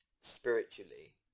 spiritually